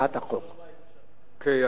תודה רבה לך, אדוני השר.